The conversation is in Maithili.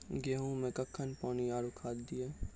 गेहूँ मे कखेन पानी आरु खाद दिये?